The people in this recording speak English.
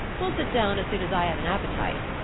we'll sit down as soon as i have an appetite.